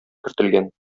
кертелгән